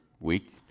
week